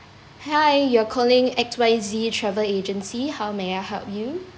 hi you are calling X Y Z travel agency how may I help you